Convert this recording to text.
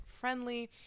friendly